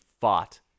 fought